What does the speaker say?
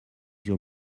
your